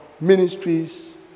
ministries